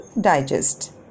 digest